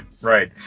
Right